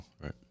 Right